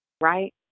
Right